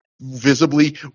visibly